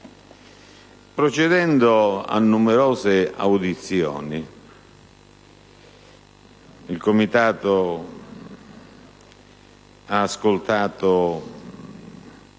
procedendo a numerose audizioni: il Comitato ha infatti